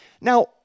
Now